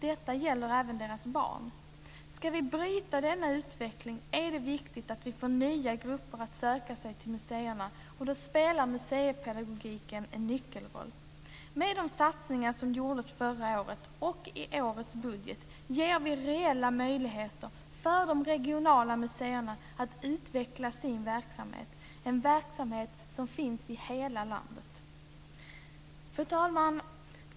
Detta gäller även deras barn. Ska vi bryta denna utveckling är det viktigt att vi får nya grupper att söka sig till museerna. Då spelar museipedagogiken en nyckelroll. Med de satsningar som gjordes förra året och i årets budget ger vi reella möjligheter för de regionala museerna att utveckla sin verksamhet, en verksamhet som finns i hela landet. Fru talman!